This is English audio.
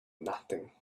nothing